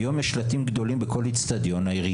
היום בכל אצטדיון יש שלטים גדולים שאומרים